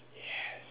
yes